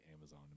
Amazon